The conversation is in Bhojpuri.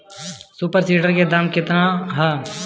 सुपर सीडर के दाम केतना ह?